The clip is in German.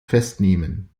festnehmen